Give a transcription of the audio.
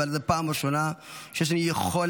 אבל זאת הפעם הראשונה שיש לנו יכולת